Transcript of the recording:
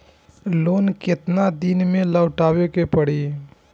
Loan केतना दिन में लौटावे के पड़ी?